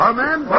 Amen